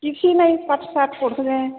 କିଛି ନାଇଁ ପାଠ ସାଠ ପଢ଼ୁଥିଲି